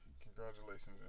Congratulations